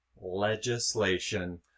legislation